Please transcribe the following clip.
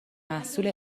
محصول